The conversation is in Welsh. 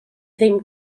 ddim